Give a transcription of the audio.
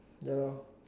ya